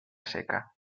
seca